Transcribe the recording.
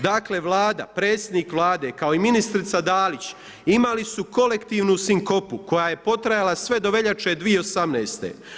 Dakle Vlada, predsjednik Vlade kao i ministrica Dalić imali su kolektivnu sinkopu koja je potrajala sve do veljače 2018.